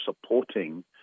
supporting